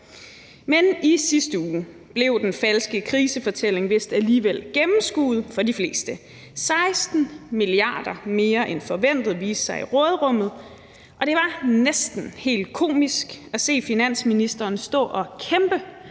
Men i sidste uge blev den falske krisefortælling vist alligevel gennemskuet af de fleste. 16 mia. kr. mere end forventet viste sig i råderummet, og det var næsten helt komisk at se finansministeren stå og kæmpe